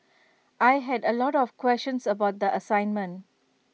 I had A lot of questions about the assignment